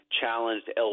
challenged